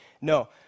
No